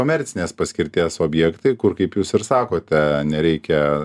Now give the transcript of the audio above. komercinės paskirties objektai kur kaip jūs ir sakote nereikia